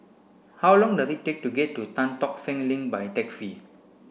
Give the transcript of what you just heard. how long does it take to get to Tan Tock Seng Link by taxi